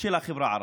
של החברה הערבית.